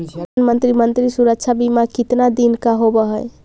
प्रधानमंत्री मंत्री सुरक्षा बिमा कितना दिन का होबय है?